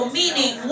meaning